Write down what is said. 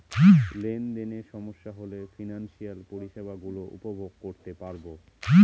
লেনদেনে সমস্যা হলে ফিনান্সিয়াল পরিষেবা গুলো উপভোগ করতে পারবো